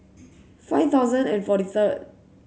five thousand and forty third